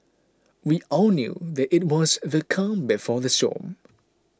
we all knew that it was the calm before the storm